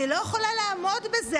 אני לא יכולה לעמוד בזה,